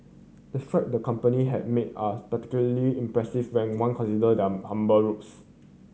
the stride the company had made are particularly impressive when one consider their humble roots